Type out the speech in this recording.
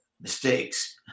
mistakes